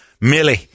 Millie